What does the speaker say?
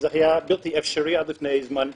זה היה בלתי אפשרי עד לפני זמן קצר.